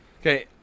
Okay